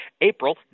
April